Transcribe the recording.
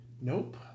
Nope